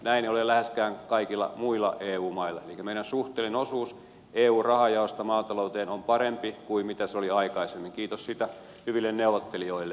näin ei ole läheskään kaikilla muilla eu mailla elikkä meidän suhteellinen osuus eun rahanjaosta maatalouteen on parempi kuin se oli aikaisemmin kiitos siitä hyville neuvottelijoille